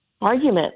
argument